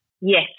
yes